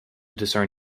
discern